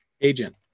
agent